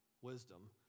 Wisdom